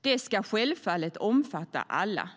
Dessa ska självfallet omfatta alla.